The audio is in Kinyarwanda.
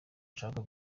nshaka